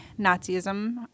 Nazism